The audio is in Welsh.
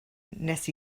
nes